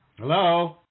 hello